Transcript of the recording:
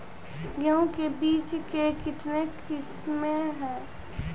गेहूँ के बीज के कितने किसमें है?